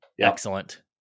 excellent